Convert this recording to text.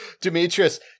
Demetrius